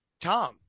Tom